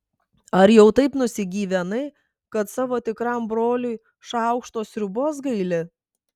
ar jau taip nusigyvenai kad savo tikram broliui šaukšto sriubos gaili